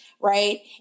Right